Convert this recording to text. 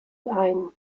ein